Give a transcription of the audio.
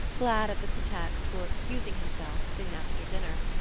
glad of the pretext for excusing himself soon after dinner.